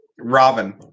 Robin